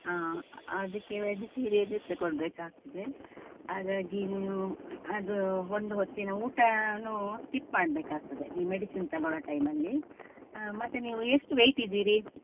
ಹಾಂ ಅದಕ್ಕೆ ವೆಜಿಟೀರಿಯನೆ ತಗೊಳ್ಬೇಕಾಗ್ತದೆ ಹಾಗಾಗಿ ನೀವೂ ಅದೂ ಒಂದು ಹೊತ್ತಿನ ಊಟನೂ ಸ್ಕಿಪ್ ಮಾಡಬೇಕಾಗ್ತದೆ ಈ ಮೆಡಿಸಿನ್ ತಗೊಳ್ಳೊ ಟೈಮಲ್ಲಿ ಮತ್ತೆ ನೀವು ಎಷ್ಟು ವೈಟ್ ಇದ್ದೀರಿ